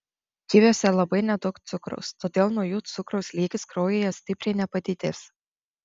kiviuose labai nedaug cukraus todėl nuo jų cukraus lygis kraujyje stipriai nepadidės